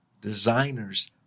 designers